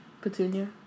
Petunia